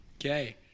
Okay